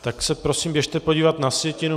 Tak se prosím běžte podívat na sjetinu.